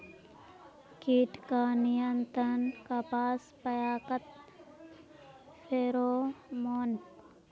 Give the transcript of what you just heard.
कीट का नियंत्रण कपास पयाकत फेरोमोन?